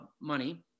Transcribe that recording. money